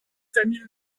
tamil